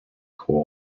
who